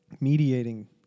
mediating